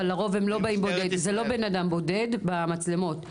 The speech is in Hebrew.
אבל לרוב זה לא אדם בודד במצלמות.